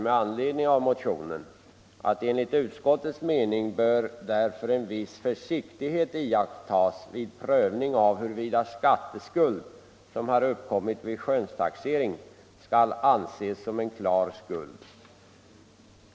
Med anledning av motionen uttalar utskottet: ”Enligt utskottets mening bör därför viss försiktighet iakttas vid prövningen av huruvida skatteskuld, som har uppkommit vid skönstaxering, skall anses som en klar skuld.